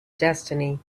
destiny